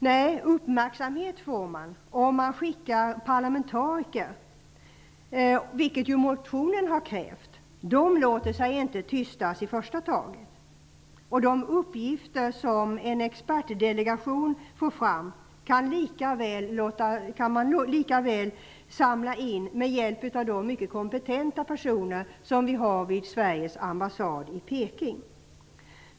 Nej, uppmärksamhet väcker man om man skickar parlamentariker, vilket ju motionärerna har krävt. De låter sig inte tystas i första taget. De uppgifter som en expertdelegation får fram kan man lika väl samla in med hjälp med de mycket kompetenta personer som vi har i Sveriges ambassad i Peking.